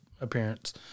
appearance